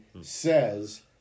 says